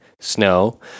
snow